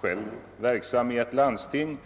själv verksam i ett landsting.